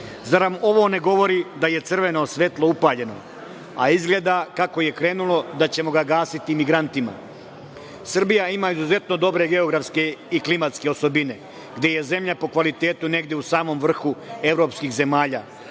Zar vam ovo ne govori da je crveno svetlo upaljeno, a izgleda, kako je krenulo da ćemo ga gasiti migrantima? Srbija ima izuzetno dobre geografske i klimatske osobine, gde je zemlja po kvalitetu negde u samom vrhu evropskih zemalja,